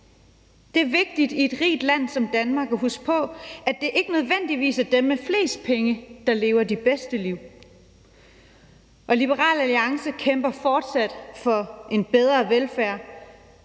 Det er vigtigt i et rigt land som Danmark at huske på, at det ikke nødvendigvis er dem med flest penge, der lever de bedste liv. Liberal Alliance kæmper fortsat for en bedre velfærd,